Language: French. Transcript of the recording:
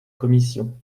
commissions